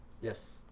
Yes